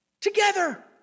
together